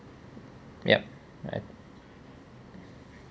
yup right